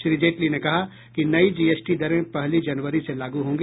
श्री जेटली ने कहा कि नई जीएसटी दरें पहली जनवरी से लागू होंगी